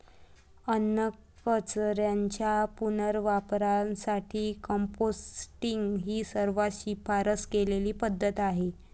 अन्नकचऱ्याच्या पुनर्वापरासाठी कंपोस्टिंग ही सर्वात शिफारस केलेली पद्धत आहे